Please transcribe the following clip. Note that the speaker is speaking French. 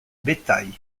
bétail